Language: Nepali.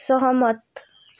सहमत